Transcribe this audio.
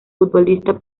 futbolista